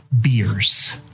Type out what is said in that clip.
beers